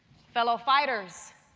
fellow fighters,